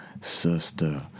sister